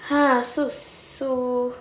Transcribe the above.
haa so so